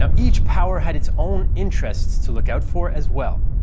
ah each power had its own interests to look out for as well.